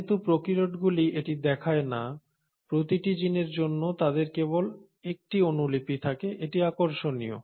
যেহেতু প্রোকারিওটগুলি এটি দেখায় না প্রতিটি জিনের জন্য তাদের কেবল একটি অনুলিপি থাকে এটি আকর্ষণীয়